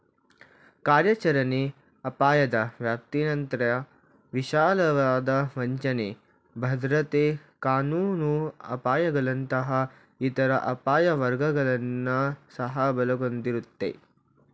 ಕಾರ್ಯಾಚರಣೆ ಅಪಾಯದ ವ್ಯಾಪ್ತಿನಂತ್ರ ವಿಶಾಲವಾದ ವಂಚನೆ, ಭದ್ರತೆ ಕಾನೂನು ಅಪಾಯಗಳಂತಹ ಇತರ ಅಪಾಯ ವರ್ಗಗಳನ್ನ ಸಹ ಒಳಗೊಂಡಿರುತ್ತೆ